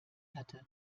hatte